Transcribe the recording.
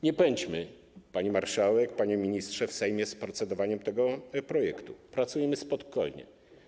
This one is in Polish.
Nie pędźmy, pani marszałek, panie ministrze w Sejmie z procedowaniem tego projektu, pracujmy spokojnie.